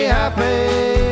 happy